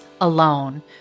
alone